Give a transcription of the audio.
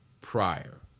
prior